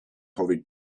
hurried